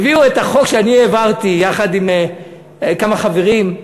הביאו את החוק שאני העברתי יחד עם כמה חברים,